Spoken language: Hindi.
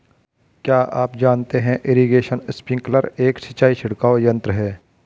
क्या आप जानते है इरीगेशन स्पिंकलर एक सिंचाई छिड़काव यंत्र है?